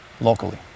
locally